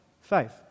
faith